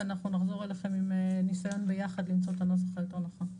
ונחזור אליכם עם ניסיון ביחד למצוא את הנוסח הנכון יותר.